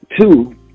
two